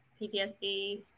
PTSD